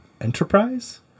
Enterprise